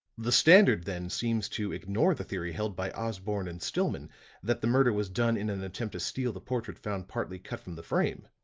the standard, then, seems to ignore the theory held by osborne and stillman that the murder was done in an attempt to steal the portrait found partly cut from the frame,